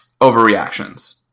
overreactions